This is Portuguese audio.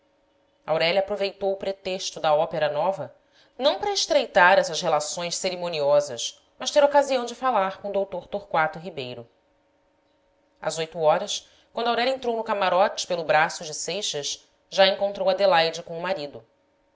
aurélia aproveitou o pretexto da ópera nova não para estreitar essas relações cerimoniosas mas ter ocasião de falar com o dr torquato ribeiro às oito horas quando aurélia entrou no camarote pelo braço de seixas já encontrou adelaide com o marido